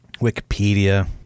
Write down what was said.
Wikipedia